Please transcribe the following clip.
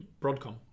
Broadcom